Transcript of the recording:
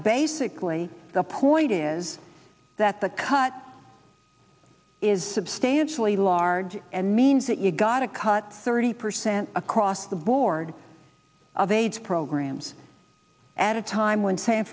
basically the point is that the cut is substantially larger and means that you've got to cut thirty percent across the board of aids programs at a time when san